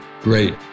Great